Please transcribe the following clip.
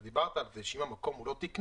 אתה דיברת על כך שאם המקום הוא לא תקני,